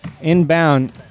Inbound